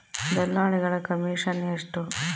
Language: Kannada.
ದಲ್ಲಾಳಿಗಳ ಕಮಿಷನ್ ಎಷ್ಟು?